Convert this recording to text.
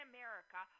America